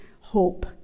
hope